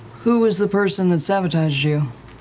who was the person that sabotaged you?